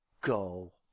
go